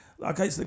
okay